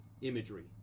imagery